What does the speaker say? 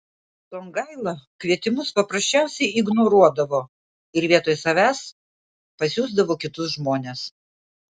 songaila kvietimus paprasčiausiai ignoruodavo ir vietoj savęs pasiųsdavo kitus žmones